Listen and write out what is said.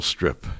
Strip